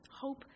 hope